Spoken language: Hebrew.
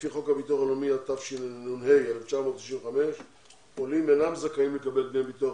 לפי חוק הביטוח הלאומי התשנ"ה-1995 עולים אינם זכאים לקבל דמי ביטוח